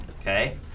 Okay